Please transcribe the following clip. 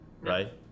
Right